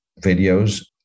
videos